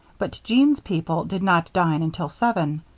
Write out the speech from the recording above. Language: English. but jean's people did not dine until seven.